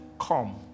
come